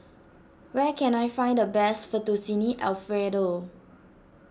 where can I find the best Fettuccine Alfredo